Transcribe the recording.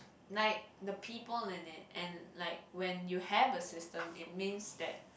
like the people in it and like when you have a system it means that